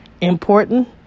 Important